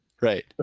right